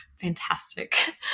fantastic